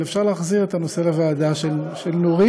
אפשר להחזיר את הנושא לוועדה של נורית,